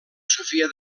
sofia